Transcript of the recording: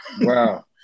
Wow